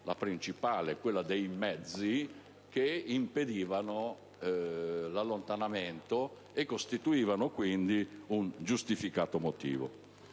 la principale quella dei mezzi, che impedivano l'allontanamento e costituivano quindi un giustificato motivo.